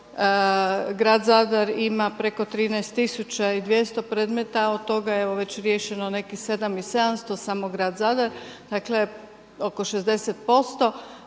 Grad Zadar ima preko 13 tisuća i 200 predmeta. Od toga je evo već riješeno nekih 7 i 700 samo Grad Zadar. Dakle, oko 60%.